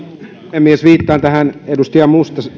puhemies viittaan edustaja